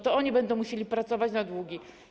To oni będą musieli pracować na długi.